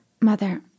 Mother